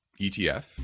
ETF